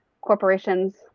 corporations